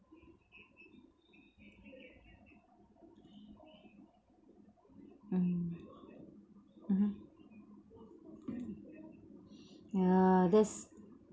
mm mmhmm yeah that's